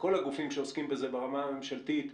כל הגופים שעוסקים בזה ברמה הממשלתית,